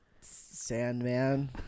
Sandman